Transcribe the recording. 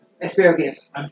asparagus